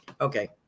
Okay